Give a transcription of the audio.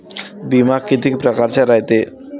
बिमा कितीक परकारचा रायते?